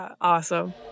Awesome